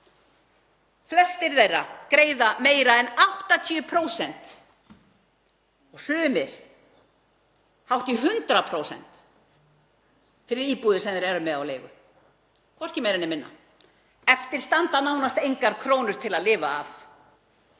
Flestir þeirra greiða meira en 80%, sumir hátt í 100%, fyrir íbúðir sem þeir eru með á leigu, hvorki meira né minna. Eftir standa nánast engar krónur til að lifa af.